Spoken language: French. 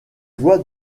voies